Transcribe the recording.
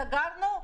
סגרנו,